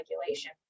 regulation